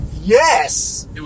Yes